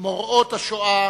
מוראות השואה